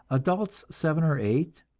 adults seven or eight,